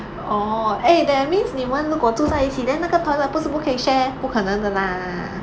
orh eh that means 你们如果住在一起 then 那个 toilet 不是不可以 share 不可能的 lah